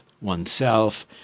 oneself